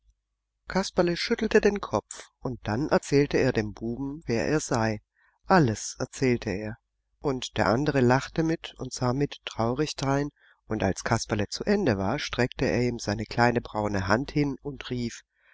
kasperle schüttelte den kopf und dann erzählte er dem buben wer er sei alles erzählte er und der andere lachte mit und sah mit traurig drein und als kasperle zu ende war streckte er ihm seine kleine braune hand hin und rief